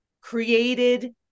created